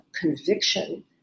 conviction